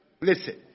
listen